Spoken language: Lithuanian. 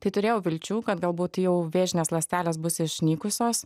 tai turėjau vilčių kad galbūt jau vėžinės ląstelės bus išnykusios